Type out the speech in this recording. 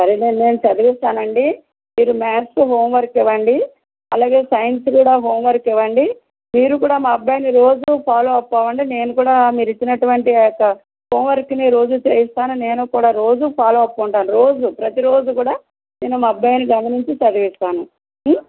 సరేనండి నేను చదివిస్తానండి మీరు మ్యాథ్స్ హోంవర్క్ ఇవ్వండి అలాగే సైన్స్ కూడా హోంవర్క్ ఇవ్వండి మీరు కూడా మా అబ్బాయిని రోజు ఫాలో అప్ అవ్వండి నేను కూడా మీరిచ్చినటువంటి అఆ యొక్క హోంవర్క్ని రోజు చేయిస్తాను నేను కూడా రోజు ఫాలో అప్ ఉంటాను రోజు ప్రతిరోజు కూడా నేను మా అబ్బాయిని గమనించి చదివిస్తాను